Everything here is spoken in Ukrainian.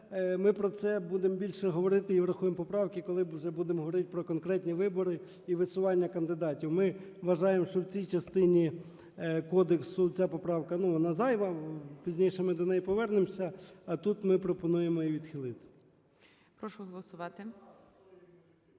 ми про це будемо більше говорити і врахуємо поправки, коли вже будемо говорити про конкретні вибори і висування кандидатів. Ми вважаємо, що в цій частині кодексу ця поправка, ну, вона зайва. Пізніше ми до неї повернемось. А тут ми пропонуємо її відхилити.